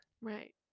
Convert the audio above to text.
Right